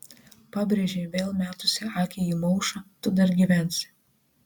pabrėžė vėl metusi akį į maušą tu dar gyvensi